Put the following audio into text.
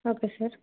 okay sir